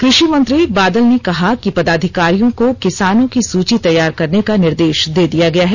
कृषि मंत्री बादल ने कहा कि पदाधिकारियों को किसानों की सुची तैयार करने का निर्देश दे दिया गया है